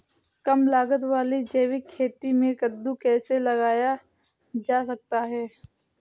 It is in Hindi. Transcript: कम लागत वाली जैविक खेती में कद्दू कैसे लगाया जा सकता है?